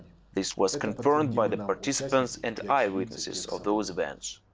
this was confirmed by the participants and eyewitnesses of those events.